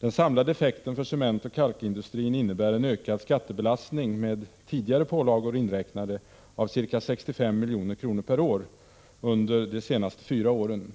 Den samlade effekten för cementoch kalkindustrin innebär en ökad skattebelastning, med tidigare pålagor inräknade, av ca 65 milj.kr. per år under de senaste fyra åren.